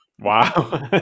Wow